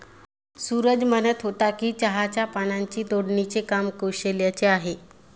सूरज म्हणत होता की चहाच्या पानांची तोडणीचे काम कौशल्याचे आहे